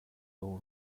all